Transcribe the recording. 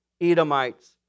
Edomites